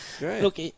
Look